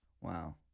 Wow